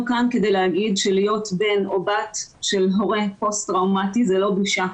אנחנו כאן כדי להגיד שלהיות בן או בת של הורה פוסט טראומטי זה לא בושה.